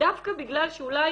ודווקא בגלל שאולי